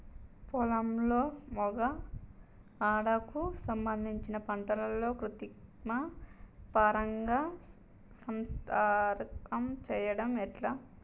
పొలంలో మగ ఆడ కు సంబంధించిన పంటలలో కృత్రిమ పరంగా సంపర్కం చెయ్యడం ఎట్ల?